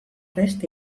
beste